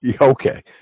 Okay